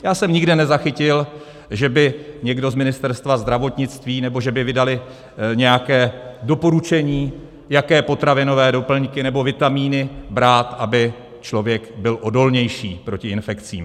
Já jsem nikde nezachytil, že by někdo z Ministerstva zdravotnictví, nebo že by vydali nějaké doporučení, jaké potravinové doplňky nebo vitamíny brát, aby člověk byl odolnější proti infekcím.